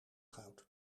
goud